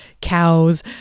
cows